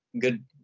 good